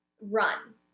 run